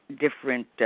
different